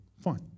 Fine